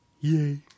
yay